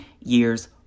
years